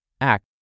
Act